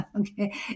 okay